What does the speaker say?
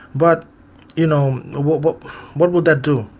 but you know, what what what would that do,